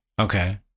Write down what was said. Okay